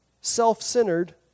self-centered